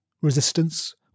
resistance